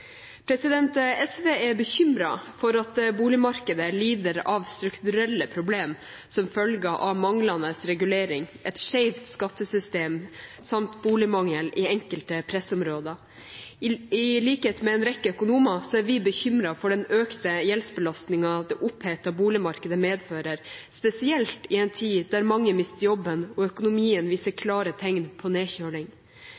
SV er bekymret for at boligmarkedet lider av strukturelle problemer som følge av manglende regulering, et skjevt skattesystem samt boligmangel i enkelte pressområder. I likhet med en rekke økonomer er vi bekymret for den økte gjeldsbelastningen det opphetede boligmarkedet medfører, spesielt i en tid der mange mister jobben og økonomien viser